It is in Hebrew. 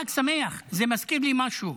חג שמח, זה מזכיר לי משהו.